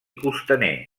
costaner